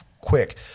quick